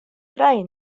frij